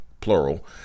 plural